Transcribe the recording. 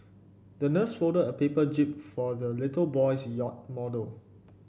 the nurse folded a paper jib for the little boy's yacht model